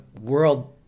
world